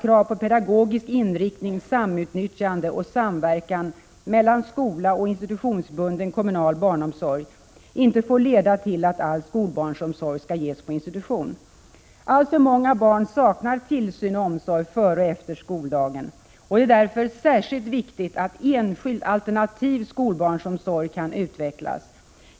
Krav på pedagogisk inriktning, samutnyttjande och samverkan mellan skola och institutionsbunden kommunal barnomsorg får för det femte inte leda till att all skolbarnsomsorg ges på institution. Alltför många barn saknar tillsyn och omsorg före och efter skoldagen. Det är därför särskilt viktigt att enskild, alternativ skolbarnsomsorg kan utvecklas.